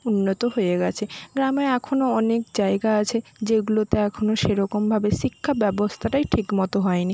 উন্নত হয়ে গেছে গ্রামে এখনো অনেক জায়গা আছে যেগুলোতে এখনো সেরকমভাবে শিক্ষাব্যবস্থাটাই ঠিক মতো হয় নি